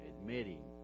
Admitting